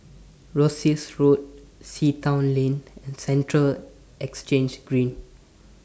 Rosyth Road Sea Town Lane and Central Exchange Green